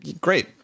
great